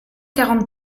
quarante